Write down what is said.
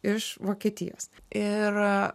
iš vokietijos ir